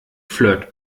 flirt